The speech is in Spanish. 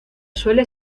suele